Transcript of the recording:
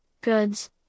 goods